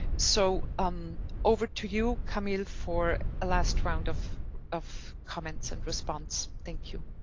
so um over to you, camille, for a last round of of comments and response. thank you.